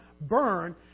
burn